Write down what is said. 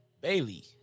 Bailey